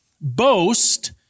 boast